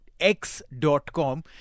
X.com